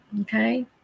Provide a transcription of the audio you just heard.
Okay